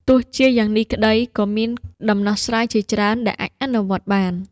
ទោះជាយ៉ាងនេះក្តី ក៏មានដំណោះស្រាយជាច្រើនដែលអាចអនុវត្តបាន។